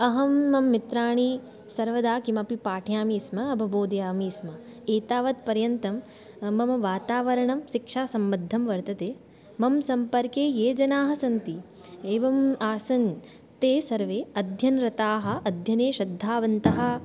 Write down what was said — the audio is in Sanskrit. अहं मम मित्राणि सर्वदा किमपि पाठयामि स्म अवबोधयामि स्म एतावत्पर्यन्तं मम वातावरणं शिक्षासंबद्धं वर्तते मम सम्पर्के ये जनाः सन्ति एवम् आसन् ते सर्वे अध्ययनरताः अध्ययने श्रद्धावन्तः